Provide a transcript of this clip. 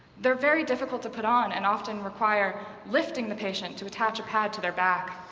they're very difficult to put on and often require lifting the patient to attach a pad to their back.